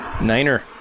Niner